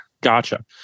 Gotcha